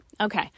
Okay